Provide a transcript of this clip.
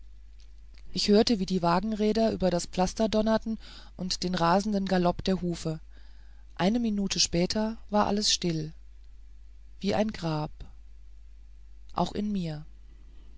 ich hörte wie die wagenräder über das pflaster donnerten und den rasenden galopp der hufe eine minute später war alles still wie ein grab auch in mir